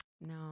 no